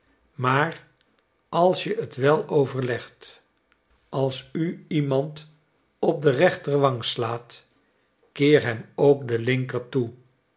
maar als je het wel overlegt als u iemand op de rechter wang slaat keer hem ook de linker toe